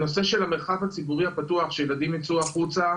הנושא של המרחב הציבורי הפתוח שילדים יצאו החוצה,